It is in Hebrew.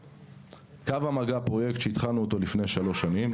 "קו המגע" פרויקט שהתחלנו לפני שלוש שנים.